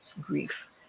grief